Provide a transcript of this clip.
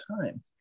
time